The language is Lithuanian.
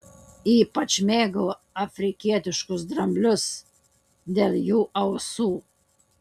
ypač mėgau afrikietiškus dramblius dėl jų ausų